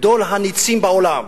גדול הנצים בעולם,